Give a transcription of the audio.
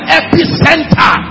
epicenter